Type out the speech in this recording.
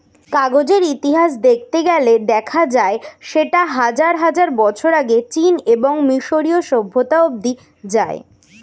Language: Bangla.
কাগজের ইতিহাস দেখতে গেলে দেখা যায় সেটা হাজার হাজার বছর আগে চীন এবং মিশরীয় সভ্যতা অবধি যায়